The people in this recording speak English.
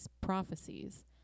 prophecies